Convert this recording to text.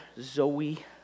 Zoe